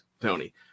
Tony